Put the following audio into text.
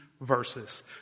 verses